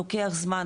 לוקח זמן,